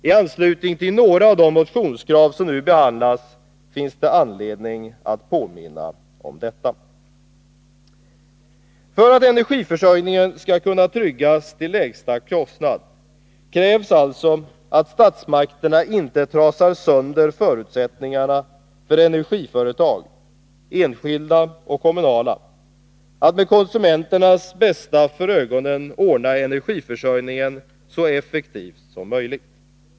I anslutning till några av de motionskrav som nu behandlas finns det anledning att påminna om detta. För att energiförsörjningen skall kunna tryggas till lägsta kostnad krävs alltså att statsmakterna inte trasar sönder förutsättningarna för energiföretag —enskilda och kommunala — att med konsumenternas bästa för ögonen ordna energiförsörjningen så effektivt som möjligt.